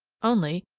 only,